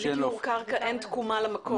בלי טיהור קרקע אין תקומה למקום.